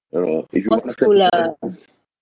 you know if you want to